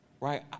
Right